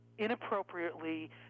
inappropriately